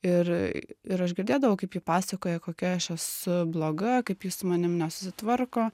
ir ir aš girdėdavau kaip ji pasakoja kokia aš esu bloga kaip ji su manim nesusitvarko